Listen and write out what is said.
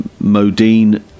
Modine